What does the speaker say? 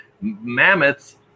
mammoths